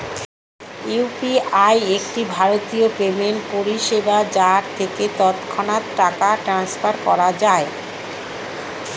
UPI একটি ভারতীয় payment পরিষেবা যার থেকে তৎক্ষণাৎ টাকা ট্রান্সফার করা যায়